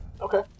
Okay